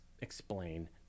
explain